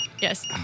Yes